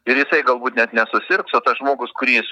ir jisai galbūt net nesusirgs o tas žmogus kurį jis